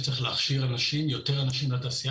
שצריך להכשיר יותר אנשים לתעשייה,